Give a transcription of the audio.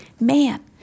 man